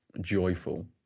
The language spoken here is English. joyful